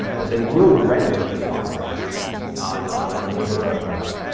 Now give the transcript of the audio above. but they will render just fine right now on on a native web browser.